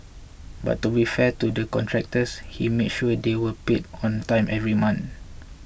but to be fair to the contractors he made sure they were paid on time every month